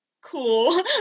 cool